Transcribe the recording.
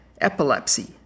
Epilepsy